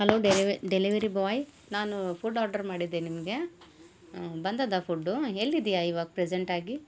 hello delivery delivery boy ನಾನು food order ಮಾಡಿದ್ದೆ ನಿಮಗೆ ಬಂದದಾ ಫುಡ್ಡು ಎಲ್ಲಿದ್ದೀಯಾ ಇವಾಗ ಪ್ರೆಸೆಂಟಾಗಿ